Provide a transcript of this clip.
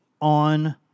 on